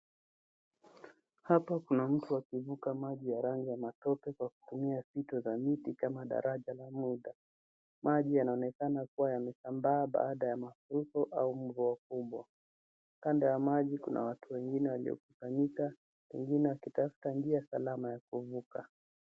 Hapa kuna mtu akivuka maji ya rangi ya matope, kwa kutumia vito za miti kama daraja la muda. Maji yanaonekana kua yamesambaa baada ya mafuriko au mvua kubwa. Kando ya maji kuna watu wengine waliokusanyika , wengine wakitafuta njia salama ya kuvuka.